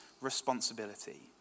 responsibility